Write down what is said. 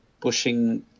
pushing